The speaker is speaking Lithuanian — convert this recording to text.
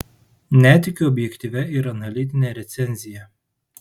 netikiu objektyvia ir analitine recenzija